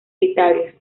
italia